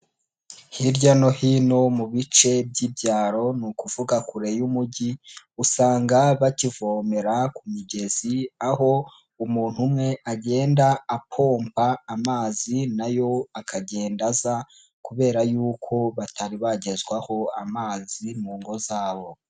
Hirya no hino mu bice by'ibyaro, ni ukuvuga kure y'umujyi, usanga bakivomera ku migezi, aho umuntu umwe agenda apompa amazi nayo akagenda aza kubera y'uko batari bagezwaho amazi mu ngo zabo.